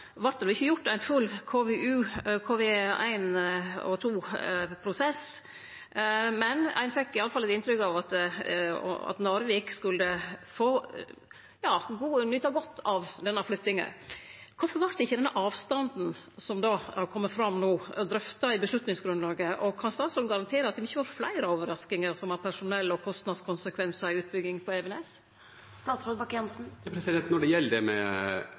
men ein fekk i alle fall eit inntrykk av at Narvik skulle få nyte godt av denne flyttinga. Kvifor vart ikkje denne avstanden, som har kome fram no, drøfta i avgjerdsgrunnlaget, og kan statsråden garantere at vi ikkje får fleire overraskingar som har personell- og kostnadskonsekvensar i utbygginga på Evenes? Når det gjelder arbeidsmarkedsregionen, som også inkluderer Narvik, er det en sak. For det